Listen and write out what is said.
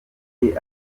intege